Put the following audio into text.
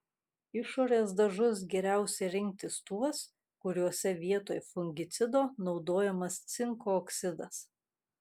išorės dažus geriausia rinktis tuos kuriuose vietoj fungicido naudojamas cinko oksidas